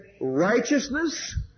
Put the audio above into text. righteousness